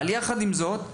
אבל יחד עם זאת,